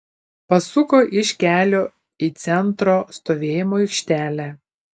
pasuko iš kelio į centro stovėjimo aikštelę